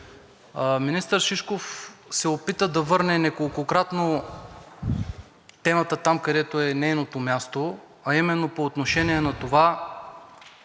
Министър Шишков се опита да върне неколкократно темата там, където е нейното място, а именно по отношение на това